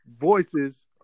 voices